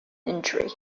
injury